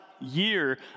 year